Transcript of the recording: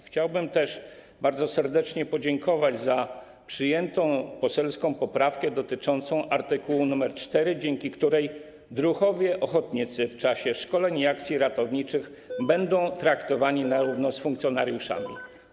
Chciałbym też bardzo serdecznie podziękować za przyjętą poselską poprawkę dotyczącą art. 4, dzięki której druhowie ochotnicy w czasie szkoleń i akcji ratowniczych będą traktowani na równi z funkcjonariuszami.